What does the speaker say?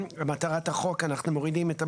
מטרת החוק אנחנו מורידים,